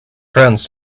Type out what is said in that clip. friends